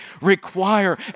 require